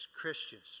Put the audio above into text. Christians